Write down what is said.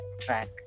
track